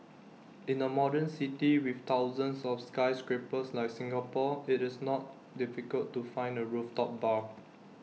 in A modern city with thousands of skyscrapers like Singapore IT is not difficult to find A rooftop bar